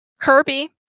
Kirby